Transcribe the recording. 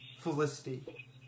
Felicity